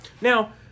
Now